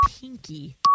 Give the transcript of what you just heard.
pinky